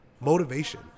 motivation